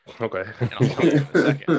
Okay